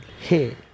Hey